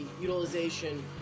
utilization